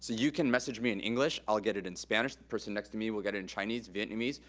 so you can message me in english. i'll get it in spanish. the person next to me will get it in chinese, vietnamese.